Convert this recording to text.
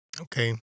Okay